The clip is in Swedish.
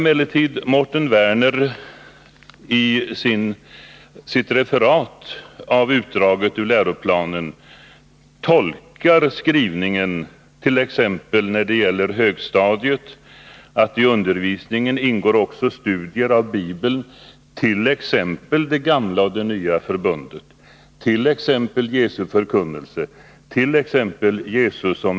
Mårten Werner refererade utdraget ur läroplanen när det gäller högstadiet, där det står att det i undervisningen ingår också studiet av Bibeln, t.ex. det gamla och det nya förbundet, Jesu förkunnelse och Jesus som Kristus.